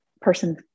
person